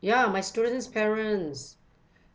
ya my students' parents